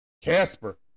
Casper